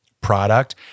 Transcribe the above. product